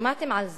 שמעתם על זה.